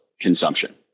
consumption